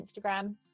instagram